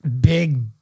big